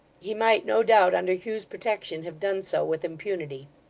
he might no doubt, under hugh's protection, have done so with impunity.